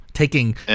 Taking